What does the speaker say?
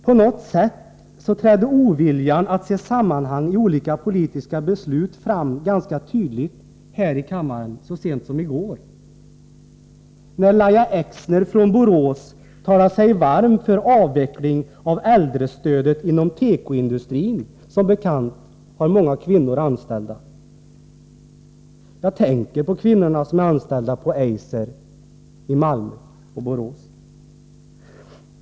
På något sätt trädde oviljan att se sammanhang i olika politiska beslut fram ganska tydligt här i kammaren så sent som i går, när Lahja Exner från Borås talade sig varm för avveckling av äldrestödet inom tekoindustrin, där som bekant många kvinnor är anställda. Jag tänker på de kvinnor som är anställda hos Eiser i Malmö och Borås.